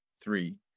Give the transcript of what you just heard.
Three